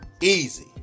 easy